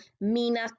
Mina